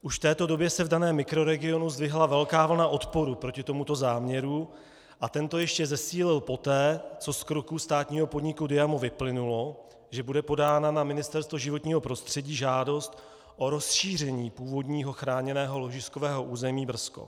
Už v této době se v daném mikroregionu zdvihla velká vlna odporu proti tomuto záměru a tento ještě zesílil poté, co z kroku státního podniku DIAMO vyplynulo, že bude podána na Ministerstvo životního prostředí žádost o rozšíření původního chráněného ložiskového území Brzkov.